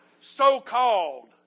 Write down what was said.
so-called